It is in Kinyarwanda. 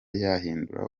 yahindura